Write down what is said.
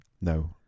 No